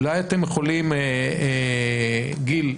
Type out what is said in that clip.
גיל,